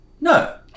No